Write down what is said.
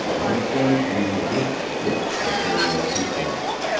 and twice he risked death in showing off his driving.